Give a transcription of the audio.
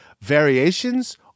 variations